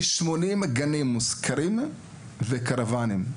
כ-80 מהם נמצאים במבנים מושכרים והשאר בקרוונים.